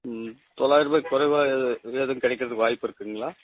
ம் தொள்ளாயிருபாய்க்கு குறைவா எது எதுவும் கிடைக்கிறதுக்கு வாய்ப்பிருக்குதுங்களா